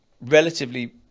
relatively